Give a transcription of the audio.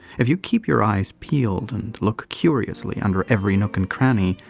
if you keep your eyes peeled and look curiously under every nook and cranny,